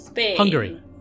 Hungary